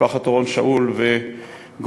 משפחות אורון שאול וגולדין,